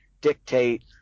dictate